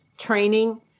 training